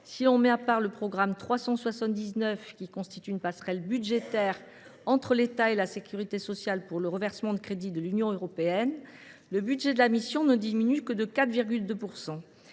si l’on écarte le programme 379, qui constitue une passerelle budgétaire entre l’État et la sécurité sociale pour le reversement de crédits de l’Union européenne, le budget de la mission ne diminue que de 4,2 %.